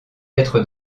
d’être